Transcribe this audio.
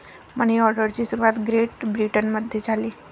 मनी ऑर्डरची सुरुवात ग्रेट ब्रिटनमध्ये झाली